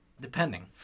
Depending